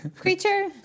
creature